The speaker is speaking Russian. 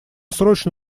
срочно